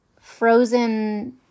frozen